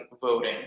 voting